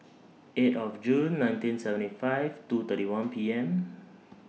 eight of June nineteen seventy five two thirty one P M